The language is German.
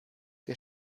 der